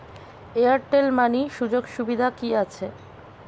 Airtel money সুযোগ সুবিধা কি আছে?